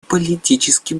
политическим